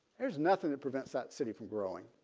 there's nothing that prevents that city from growing.